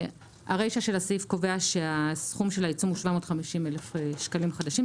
הרישא של הסעיף קובע שהסכום של העיצום הוא 750,000 שקלים חדשים,